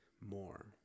more